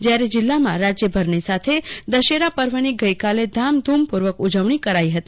જવારે જિલ્લામાં રાજ્યભરની સાથે દશેરાપર્વની ગઈકાલે લામલુમપુર્વક ઉજવવી કરાઈ હતી